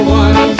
one